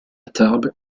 tarbes